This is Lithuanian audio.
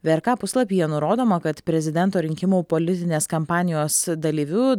vrk puslapyje nurodoma kad prezidento rinkimų politinės kampanijos dalyviu